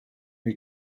est